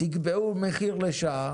תקבעו מחיר לשעה